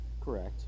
Correct